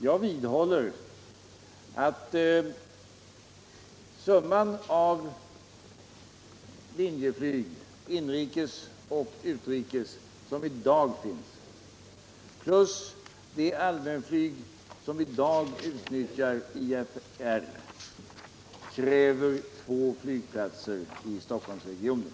Jag vidhåller att summan av linjeflyg, inrikes och utrikes, som i dag finns plus det allmänflyg som i dag utnyttjar IFR kräver två flygplatser i Stockholmsregionen.